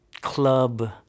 club